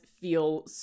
feel